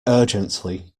urgently